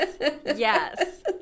yes